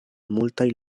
multaj